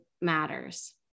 matters